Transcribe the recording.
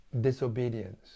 disobedience